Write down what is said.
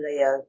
Leo